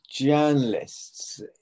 journalists